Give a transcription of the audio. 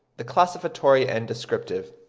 the classificatory and descriptive,